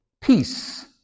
Peace